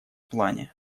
плане